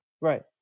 Right